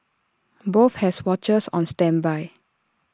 both have watchers on standby